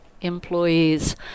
employees